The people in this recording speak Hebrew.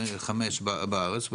חמש שנים בארץ.